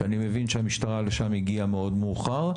שאני מבין שהמשטרה הגיעה לשם מאוד מאוחר.